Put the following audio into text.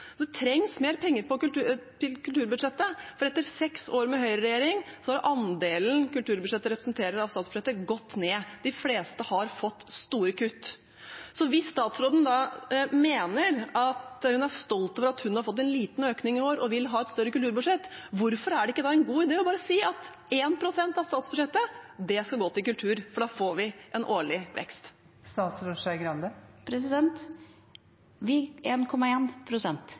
Det trengs mer penger til kulturbudsjettet, for etter seks år med høyreregjering er andelen som kulturbudsjettet representerer i statsbudsjettet, gått ned. De fleste har fått store kutt. Hvis statsråden da mener at hun er stolt over at hun har fått en liten økning i år og vil ha et større kulturbudsjett, hvorfor er det ikke da en god idé bare å si at 1 pst. av statsbudsjettet skal gå til kultur, for da får vi en årlig vekst? 1,1 pst. går nå til kulturbudsjettet. Vi har hatt en